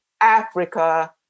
Africa